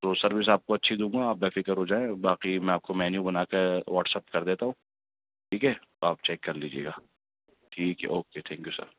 تو سروس آپ کو اچھی دوں گا آپ بے فکر ہو جائیں باقی میں آپ کو مینیو بنا کے واٹسپ کر دیتا ہوں ٹھیک ہے آپ چیک کر لیجیے گا ٹھیک ہے اوکے تھینک یو سر